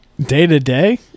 day-to-day